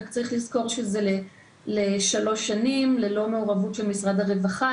רק שצריך לזכור שזה לשלוש שנים ללא מעורבות של משרד הרווחה,